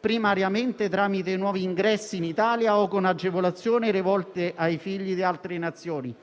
primariamente tramite i nuovi ingressi in Italia o con agevolazioni rivolte ai figli di altre Nazioni.